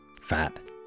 fat